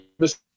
Mr